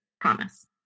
Promise